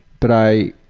but i,